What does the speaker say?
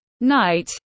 night